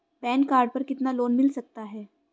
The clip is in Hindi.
पैन कार्ड पर कितना लोन मिल सकता है?